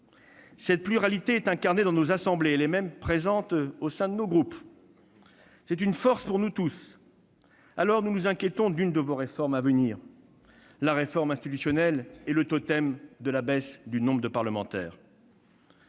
Cette pluralité est incarnée dans nos assemblées, voire au sein de nos groupes. C'est une force pour nous tous. Aussi, nous nous inquiétons de l'une de vos réformes à venir : la réforme institutionnelle et le totem de la réduction du nombre de parlementaires.